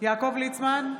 יעקב ליצמן,